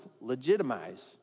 legitimize